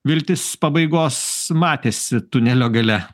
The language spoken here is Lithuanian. viltis pabaigos matėsi tunelio gale